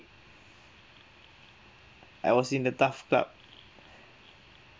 I was in the TAF club